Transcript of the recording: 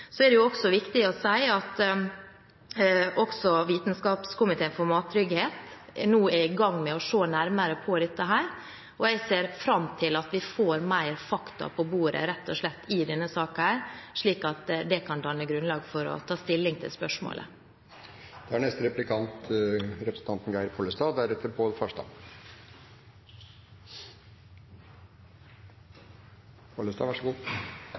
Så er det også viktig å si at Vitenskapskomiteen for mattrygghet nå er i gang med å se nærmere på dette. Jeg ser fram til at vi får flere fakta på bordet – rett og slett – i denne saken, slik at det kan danne grunnlag for å ta stilling til spørsmålet. Jeg registrerer at statsråden er